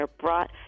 brought